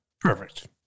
Perfect